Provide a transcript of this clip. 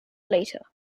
later